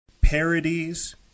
parodies